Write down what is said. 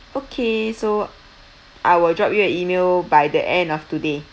okay so I will drop you an email by the end of today